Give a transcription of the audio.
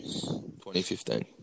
2015